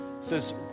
says